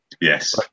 Yes